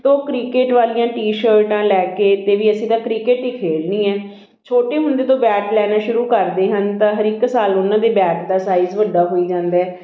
ਤਾਂ ਉਹ ਕ੍ਰਿਕਟ ਵਾਲੀਆਂ ਟੀ ਸ਼ਰਟਾਂ ਲੈ ਕੇ ਤੇ ਵੀ ਅਸੀਂ ਤਾਂ ਕ੍ਰਿਕਟ ਹੀ ਖੇਡਣੀ ਹੈ ਛੋਟੇ ਹੁੰਦੇ ਤੋਂ ਬੈਟ ਲੈਣਾ ਸ਼ੁਰੂ ਕਰਦੇ ਹਨ ਤਾਂ ਹਰ ਇੱਕ ਸਾਲ ਉਹਨਾਂ ਦੇ ਬੈਟ ਦਾ ਸਾਈਜ਼ ਵੱਡਾ ਹੋਈ ਜਾਂਦਾ